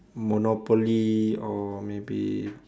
Monopoly or maybe